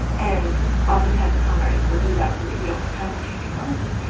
and oftentimes con artists will do that so that you don't have time to change your mind,